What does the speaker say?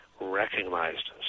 recognized